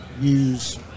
use